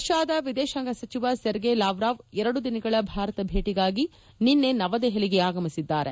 ರಷ್ಟಾದ ವಿದೇತಾಂಗ ಸಚಿವ Sergey Lavrov ಎರಡು ದಿನಗಳ ಭಾರತ ಭೇಟಿಗಾಗಿ ನಿನ್ನೆ ನವದೆಹಲಿಗೆ ಆಗಮಿಸಿದ್ದಾರೆ